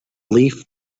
leaf